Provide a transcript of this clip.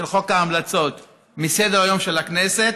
של חוק ההמלצות מסדר-היום של הכנסת,